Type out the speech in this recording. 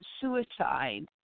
suicide